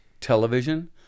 television